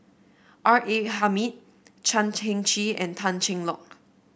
R A Hamid Chan Heng Chee and Tan Cheng Lock